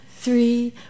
Three